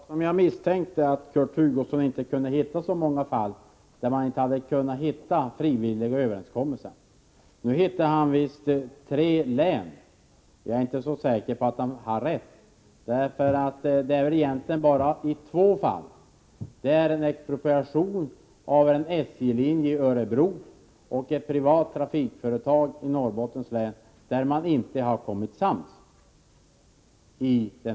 Herr talman! Det var som jag misstänkte, nämligen att Kurt Hugosson inte kunde hitta så många fall där det inte har varit möjligt att träffa frivilliga överenskommelser. Han hittade tre län, men jag är inte så säker på att han har rätt. Det är egentligen bara i två fall, nämligen i fråga om en expropriation av en SJ-linje i Örebro och ett privat trafikföretag i Norrbottens län, där man inte har blivit sams.